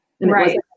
Right